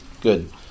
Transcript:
Good